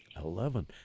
Eleven